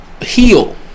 heal